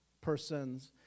persons